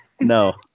No